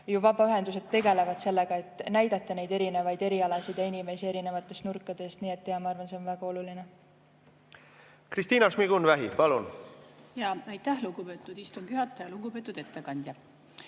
vabaühendused tegelevad sellega, et näidata neid erinevaid erialasid ja inimesi erinevatest nurkadest. Nii et jah, ma arvan, et see on väga oluline. Kristina Šmigun-Vähi, palun! Aitäh, lugupeetud istungi juhataja! Lugupeetud ettekandja!